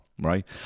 right